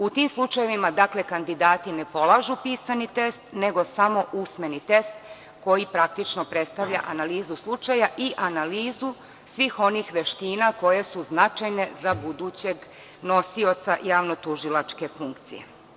U tim slučajevima, kandidati ne polažu pisani test, nego samo usmeni test koji praktično predstavlja analizu slučaja i analizu svih onih veština koje su značajne za budućeg nosioca javnotužilačke funkcije.